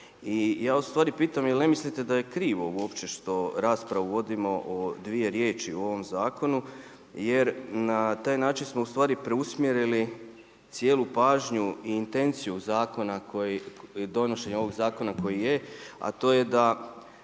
I ja ustvari pitam je li ne mislite da je krivo uopće što raspravu vodimo o dvije riječi o ovom zakonu jer na taj način smo ustvari preusmjerili cijelu pažnju i intenciju zakona, donošenje ovog zakona koji je a to je da